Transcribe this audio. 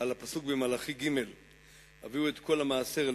על הפסוק במלאכי ג': "הביאו את כל המעשר אל